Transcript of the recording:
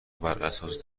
براساس